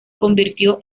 convirtió